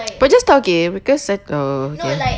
but just tauge because c~ err okay